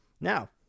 now